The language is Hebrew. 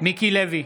מיקי לוי,